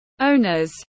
owners